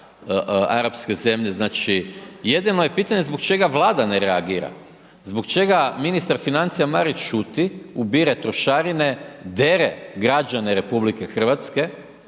arapske zemlje. Znači jedino je pitanje zbog čega Vlada ne reagira, zbog čega ministar financija Marić šuti, ubire trošarine, dere građane RH do gole kože,